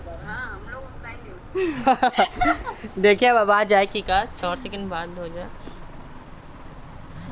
কৃষিকাজের পরিকাঠামো তহবিল অনুযায়ী এক কোটি টাকা অব্ধি পাওয়া যাবে